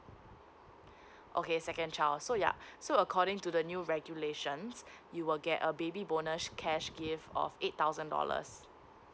okay second child so yeah so according to the new regulations you will get a baby bonus cash gift of eight thousand dollars